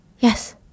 Yes